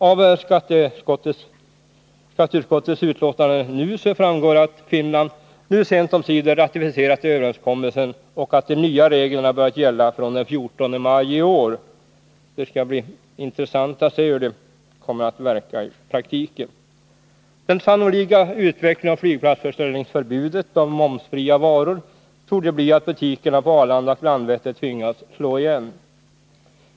Av skatteutskottets betänkande framgår att Finland nu sent omsider ratificerat överenskommelsen och att de nya reglerna börjat gälla från den 14 maj i år. Det skall bli intressant att se hur det kommer att verka i praktiken. Den sannolika utvecklingen av flygplatsförsäljningsförbudet mot momsfria varor torde bli att butikerna på Arlanda och Landvetter tvingas slå igen.